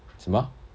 什么 ah